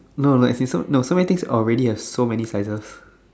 no like as in so no so many things already have so many sizes